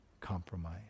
compromise